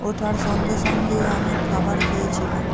ওঠার সঙ্গে সঙ্গেই আমি খাবার খেয়েছিলাম